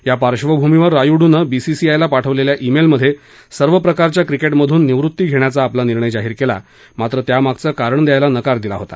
या पार्श्वभूमीवर रायुड्रनं बीसीसीआयला पाठवलेल्या ईमेलमध्ये सर्व प्रकारच्या क्रिकेटमधून निवृत्ती घेण्याचा आपला निर्णय जाहीर केला मात्र त्यामागचं कारण द्यायला नकार दिला होता